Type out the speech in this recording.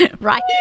Right